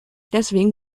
deswegen